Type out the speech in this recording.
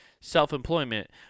self-employment